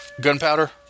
gunpowder